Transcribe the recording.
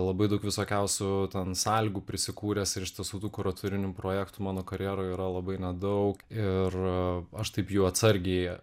labai daug visokiausių ten sąlygų prisikūręs ir iš tiesų tų kuratorinių projektų mano karjeroje yra labai nedaug ir aš taip jų atsargiai